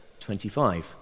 25